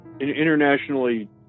internationally